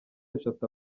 eshatu